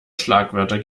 schlagwörter